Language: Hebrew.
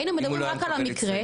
היינו מדברים רק על המקרה.